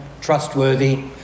trustworthy